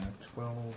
Twelve